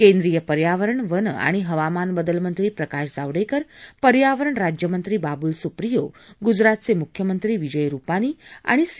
केंद्रीय पर्यावरण वन आणि हवामानबदल मंत्री प्रकाश जावडेकर पर्यावरण राज्यमंत्री बाबुल सुप्रियो गुजरातचे मुख्यमंत्री विजय रुपानी आणि सी